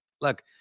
look